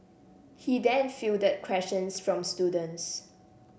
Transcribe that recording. he then fielded questions from students